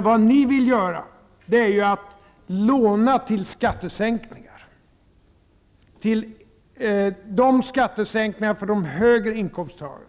Vad ni vill göra är att låna till skattesänkningar för de högre inkomsttagarna.